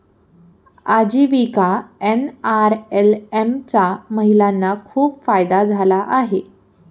आजीविका एन.आर.एल.एम चा महिलांना खूप फायदा झाला आहे